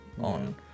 on